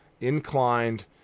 inclined